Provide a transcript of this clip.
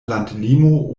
landlimo